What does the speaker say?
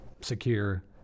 secure